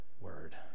word